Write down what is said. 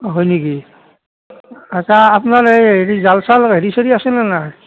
হয় নেকি আচ্ছা আপোনাৰ এ হেৰি জালচাল হেৰি চেৰি আছেনে নাই